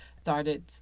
started